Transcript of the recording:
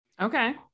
Okay